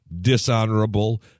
Dishonorable